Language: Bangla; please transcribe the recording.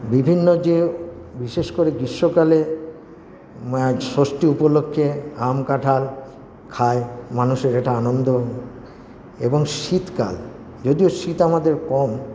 বিভিন্ন যে বিশেষ করে গ্রীষ্মকালে ষষ্ঠী উপলক্ষে আম কাঁঠাল খায় মানুষের এটা আনন্দ এবং শীতকাল যদিও শীত আমাদের কম